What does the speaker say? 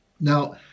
Now